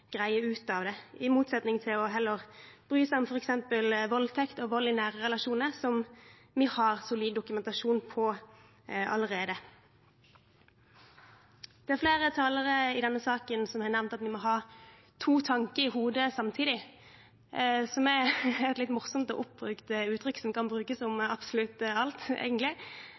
greie ut av det, i motsetning til heller å bry seg om f.eks. voldtekt og vold i nære relasjoner, som vi har solid dokumentasjon på allerede. Flere talere i denne saken har nevnt at vi må ha to tanker i hodet samtidig. Det er et litt morsomt og oppbrukt uttrykk som kan brukes om absolutt alt, egentlig.